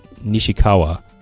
Nishikawa